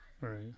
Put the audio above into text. Right